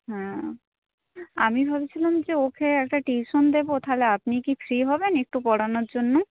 হ্যাঁ আমি ভাবছিলাম যে ওকে একটা টিউশন দেব তাহলে আপনি কি ফ্রি হবেন একটু পড়ানোর জন্য